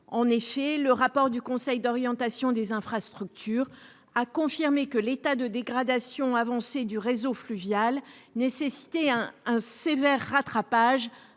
En effet, dans son rapport, le Conseil d'orientation des infrastructures, ou COI, a confirmé que l'état de dégradation avancée du réseau fluvial nécessitait un sévère rattrapage,